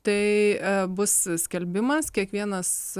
tai bus skelbimas kiekvienas